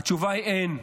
התשובה היא: אין.